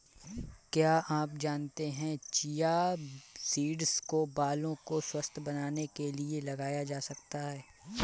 क्या आप जानते है चिया सीड्स को बालों को स्वस्थ्य बनाने के लिए लगाया जा सकता है?